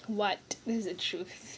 what this is the truth